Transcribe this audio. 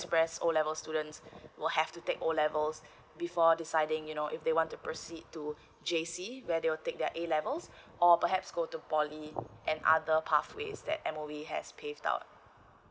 express O level students will have to take O levels before deciding you know if they want to proceed to J_C where they will take their A levels or perhaps go to poly and other pathways that M_O_E has paved err